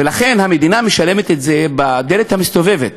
ולכן המדינה משלמת על זה בדלת המסתובבת.